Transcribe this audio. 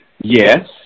Yes